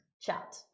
chat